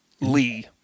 Lee